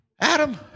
Adam